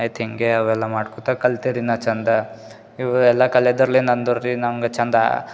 ಆಯ್ತ್ ಹಿಂಗೇ ಅವೆಲ್ಲ ಮಾಡ್ಕೋತ ಕಲ್ತೆ ರೀ ನಾ ಚಂದ ಇವೆಲ್ಲ ಕಲೆದೊರ್ಲೇ ನಂದು ರಿ ನಂಗೆ ಚಂದ